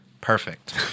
Perfect